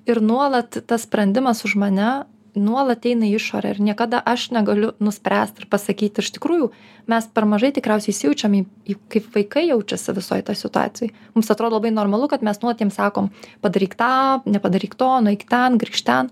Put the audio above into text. ir nuolat tas sprendimas už mane nuolat eina į išorę ir niekada aš negaliu nuspręst ir pasakyt iš tikrųjų mes per mažai tikriausiai įsijaučiam į juk kaip vaikai jaučias visoj toj situacijoj mums atrodo labai normalu kad mes nuolat jiems sakom padaryk tą nepadaryk to nueik ten grįžk ten